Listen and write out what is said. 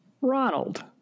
Ronald